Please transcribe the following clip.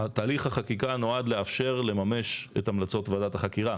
תהליך החקיקה נועד לאפשר לממש את המלצות ועדת החקירה.